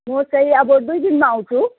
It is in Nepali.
म चाहिँ अब दुई दिनमा आउँछु